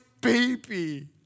baby